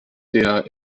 der